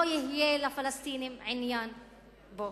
לא יהיה לפלסטינים עניין בו.